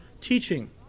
teaching